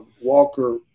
Walker